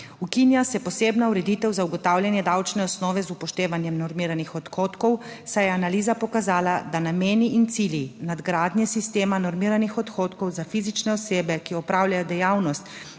Ukinja se posebna ureditev za ugotavljanje davčne osnove z upoštevanjem normiranih odhodkov, saj je analiza pokazala, da nameni in cilji nadgradnje sistema normiranih odhodkov za fizične osebe, ki opravljajo dejavnost